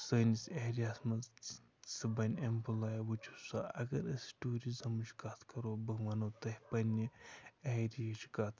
سٲنِس ایریاہَس منٛز سہٕ سہٕ بَنہِ اٮ۪مپٕلاے وٕچھُو سا اگر أسۍ ٹوٗرِزَمٕچ کَتھ کَرو بہٕ وَنو تۄہہِ پنٛنہِ ایرِہِچ کَتھ